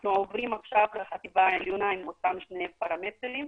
אנחנו עוברים לחטיבה העליונה עם אותם שני פרמטרים.